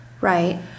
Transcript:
Right